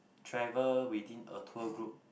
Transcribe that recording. travel within a tour group